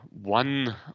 one